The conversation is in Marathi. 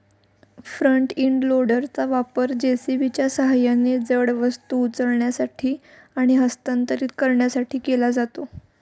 फ्रंट इंड लोडरचा वापर जे.सी.बीच्या सहाय्याने जड वस्तू उचलण्यासाठी आणि हस्तांतरित करण्यासाठी केला जातो